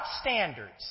standards